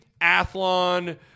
Athlon